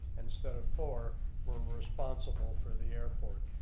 instead of four were and were responsible for the airport.